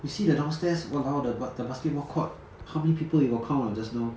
you see the downstairs !walao! the the basketball court how many people you got count or not just now